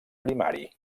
primari